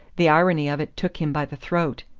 the irony of it took him by the throat.